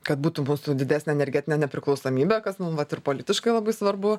kad būtų būtų didesnė energetinė nepriklausomybė kas mum vat ir politiškai labai svarbu